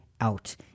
out